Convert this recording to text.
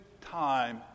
time